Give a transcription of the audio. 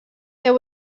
there